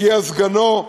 הגיע סגנו,